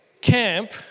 camp